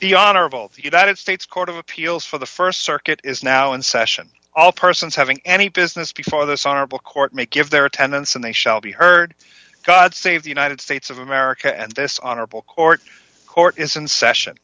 the honorable united states court of appeals for the st circuit is now in session all persons having any business before this arbel court make give their attendance and they shall be heard god save the united states of america and this honorable court court is in session